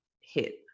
hit